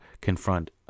confront